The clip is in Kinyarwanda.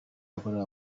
yakorewe